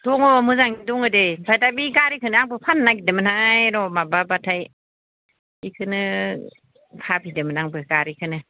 दङ मोजाङैनो दङ दे ओमफ्राय दा बे गारिखौनो आंबो फान्नो नागिरदोंमोनहाय र' माबाबाथाय बिखौनो साबिदोंमोन आंबो गारिखौनो